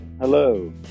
Hello